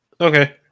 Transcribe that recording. Okay